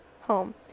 home